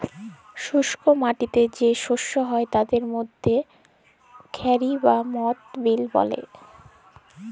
শুস্ক মাটিতে যে শস্য হ্যয় তাদের মধ্যে খেরি বা মথ বিল পড়ে